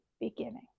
beginning